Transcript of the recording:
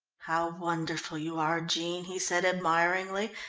how wonderful you are, jean, he said, admiringly,